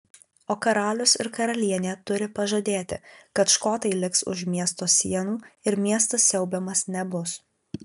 o karalius ir karalienė turi pažadėti kad škotai liks už miesto sienų ir miestas siaubiamas nebus